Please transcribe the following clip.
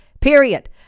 period